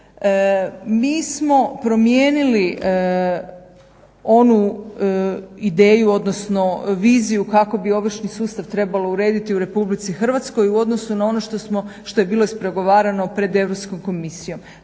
Mi smo promijenili onu ideju odnosno viziju kako bi ovršni sustav trebalo urediti u RH u odnosu na ono što je bilo ispregovarano pred Europskom komisijom.